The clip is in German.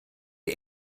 die